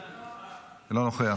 אינו נוכח,